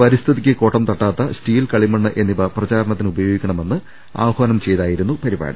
പരിസ്ഥിതിക്ക് കോട്ടം തട്ടാത്ത സ്റ്റീൽ കളിമണ്ണ് എന്നിവ പ്രചാരണത്തിന് ഉപയോഗിക്കണ മെന്ന് ആഹാനം ചെയ്തായിരുന്നു പരിപാടി